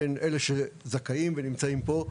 בין אלה שזכאים ונמצאים פה,